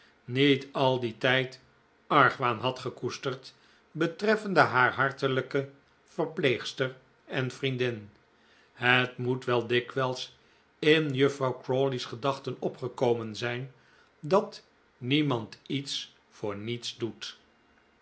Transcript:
niet al dien tijd argwaan had gekoesterd betreffende haar hartelijke verpleegster en vriendin het moet wel dikwijls in juffrouw crawley's gedachten opgekomen zijn dat niemand iets voor niets doet